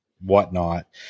whatnot